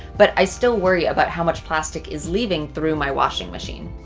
but i still worry about how much plastic is leaving through my washing machine.